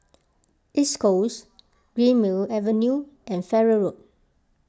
East Coast Greenmead Avenue and Farrer Road